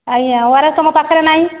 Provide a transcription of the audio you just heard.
ଆଜ୍ଞା O R S ତ ମୋ ପାଖରେ ନାହିଁ